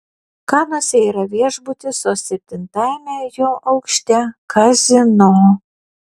kanuose yra viešbutis o septintajame jo aukšte kazino